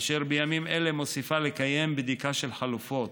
אשר בימים אלה מוסיפה לקיים בדיקה של חלופות